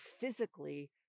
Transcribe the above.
physically